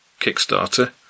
Kickstarter